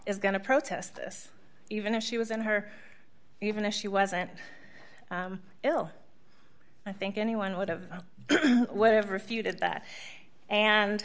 is going to protest this even if she was in her even if she wasn't ill i think anyone would have whatever refuted that and